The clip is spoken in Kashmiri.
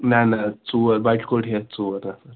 نہَ نہَ ژور بَچہِ کوٚٹ ہٮ۪تھ ژور نَفَر